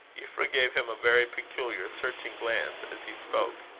euphra gave him a very peculiar, searching glance, as he spoke.